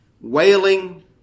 Wailing